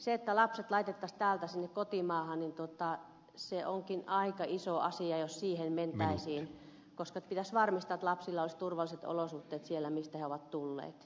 se että lapset laitettaisiin täältä sinne kotimaahan niin se onkin aika iso asia jos siihen mentäisiin koska pitäisi varmistaa että lapsilla olisi turvalliset olosuhteet siellä mistä he ovat tulleet